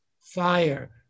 fire